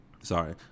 Sorry